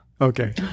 Okay